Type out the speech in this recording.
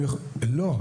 לא.